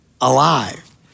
alive